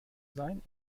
sein